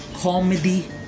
Comedy